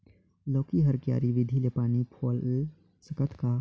लौकी बर क्यारी विधि ले पानी पलोय सकत का?